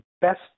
best